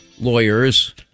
lawyers